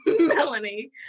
melanie